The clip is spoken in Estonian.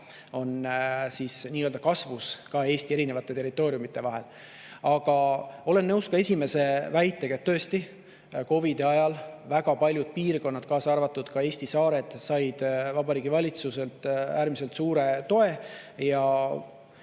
kolmekordne kasvuvahe on Eesti erinevate territooriumide vahel. Aga olen nõus teie esimese väitega, et tõesti COVID-i ajal väga paljud piirkonnad, kaasa arvatud Eesti saared, said Vabariigi Valitsuselt äärmiselt suure toe.